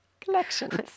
Collections